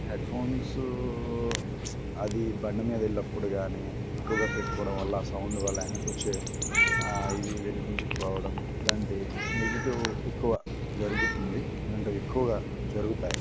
head phones అది బండి మీద వెళ్ళినప్పుడు కాని ఎక్కువగా పెట్టుకోవడం వల్ల సౌండ్ వల్ల వెనక్కి వచ్చి ఇవి వినిపించకపోవడం ఇలాంటి నెగటివ్ ఎక్కువ జరుగుతుంది ఇలాంటివి ఎక్కువగా జరుగుతాయి